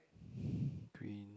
green